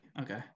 okay